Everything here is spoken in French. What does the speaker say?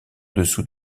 dessous